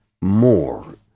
more